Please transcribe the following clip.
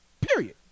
Period